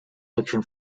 fiction